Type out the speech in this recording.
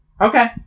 Okay